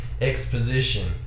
exposition